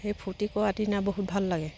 সেই ফূৰ্তি কৰা দিনা বহুত ভাল লাগে